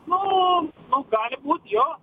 nu nu gali būt jo